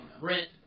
Rent